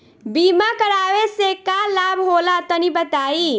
बीमा करावे से का लाभ होला तनि बताई?